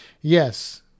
Yes